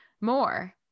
more